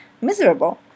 miserable